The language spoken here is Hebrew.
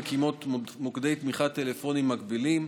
מקימות מוקדי תמיכה טלפוניים מקבילים,